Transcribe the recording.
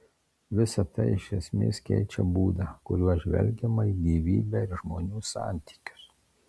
visa tai iš esmės keičia būdą kuriuo žvelgiama į gyvybę ir žmonių santykius